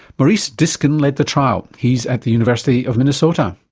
maurice dysken led the trial. he's at the university of minnesota.